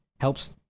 helps